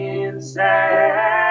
inside